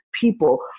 people